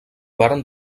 varen